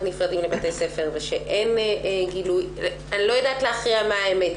נפרדים לבתי ספר ושאין גילוי אני לא יודעת להכריע מה האמת,